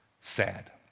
sad